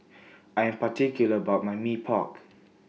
I Am particular about My Mee Pok